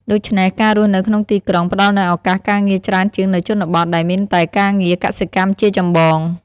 ដូច្នេះ ការរស់នៅក្នុងទីក្រុងផ្ដល់នូវឱកាសការងារច្រើនជាងនៅជនបទ ដែលមានតែការងារកសិកម្មជាចម្បង។